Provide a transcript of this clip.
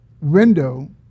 window